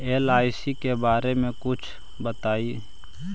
LIC के बारे मे कुछ बताई?